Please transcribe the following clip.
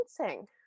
dancing